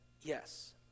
yes